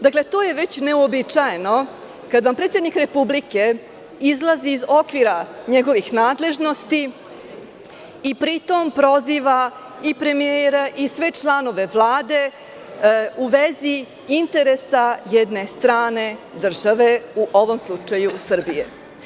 Dakle, to je većneuobičajeno kada vam predsednik Republike izlazi iz okvira njegovih nadležnosti i pri tome proziva i premijera i sve članove Vlade u vezi interesa jedne strane države, u ovom slučaju Srbije.